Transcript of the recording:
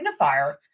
signifier